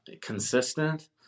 consistent